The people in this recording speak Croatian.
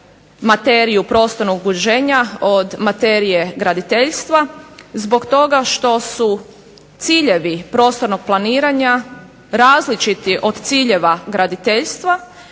materiju prostornog uređenja od materije graditeljstva zbog toga što su ciljevi prostornog planiranja različiti od ciljeva graditeljstva